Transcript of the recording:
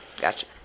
gotcha